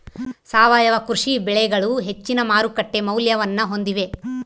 ಸಾವಯವ ಕೃಷಿ ಬೆಳೆಗಳು ಹೆಚ್ಚಿನ ಮಾರುಕಟ್ಟೆ ಮೌಲ್ಯವನ್ನ ಹೊಂದಿವೆ